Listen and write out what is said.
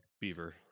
beaver